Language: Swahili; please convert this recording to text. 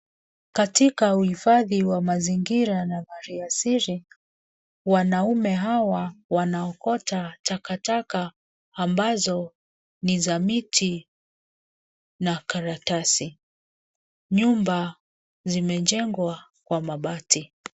Katika uhifadhi wa mazingira wa mali asili wanaume hawa wanaokota takataka ambazo ni za miti na karatasi. Nyumba zimejengwa kwa mabati.